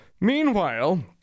Meanwhile